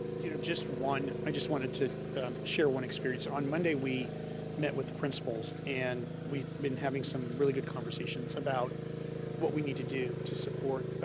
you know just one, one, i just wanted to share one experience. on monday, we met with the principals and we've been having some really good conversations about what we need to do to support